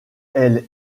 elle